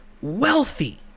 wealthy